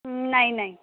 नाही नाही